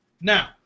Now